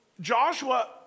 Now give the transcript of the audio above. Joshua